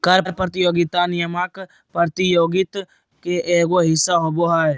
कर प्रतियोगिता नियामक प्रतियोगित के एगो हिस्सा होबा हइ